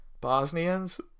bosnians